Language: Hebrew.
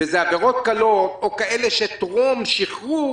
וזה עבירות קלות או כאלה שהם טרום שחרור